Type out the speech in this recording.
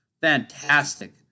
fantastic